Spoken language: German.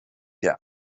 der